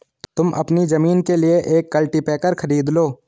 तुम अपनी जमीन के लिए एक कल्टीपैकर खरीद लो